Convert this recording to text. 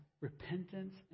repentance